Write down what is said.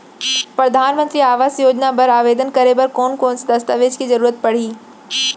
परधानमंतरी आवास योजना बर आवेदन करे बर कोन कोन से दस्तावेज के जरूरत परही?